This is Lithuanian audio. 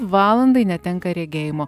valandai netenka regėjimo